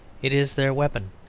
it is their weapon,